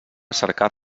cercar